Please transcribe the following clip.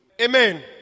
Amen